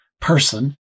person